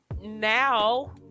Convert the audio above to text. now